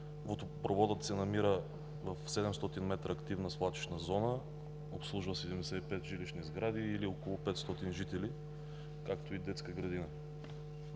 Водопроводът се намира в 700 м активна свлачищна зона, обслужва 75 жилищни сгради или около 500 жители, както и детска градина.